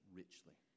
richly